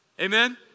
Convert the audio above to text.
Amen